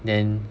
then